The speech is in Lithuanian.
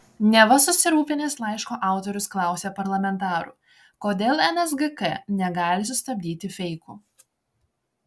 neva susirūpinęs laiško autorius klausė parlamentarų kodėl nsgk negali sustabdyti feikų